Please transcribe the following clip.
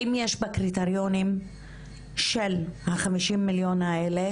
האם יש בקריטריונים של ה-50 מיליון האלה